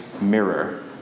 mirror